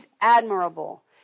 admirable